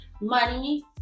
Money